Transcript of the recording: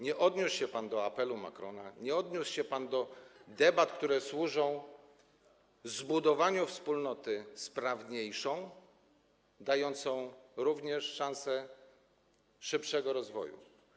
Nie odniósł się pan do apelu Macrona, nie odniósł się pan do debat, które służą zbudowaniu wspólnoty sprawniejszej, dającej również szansę szybszego rozwoju.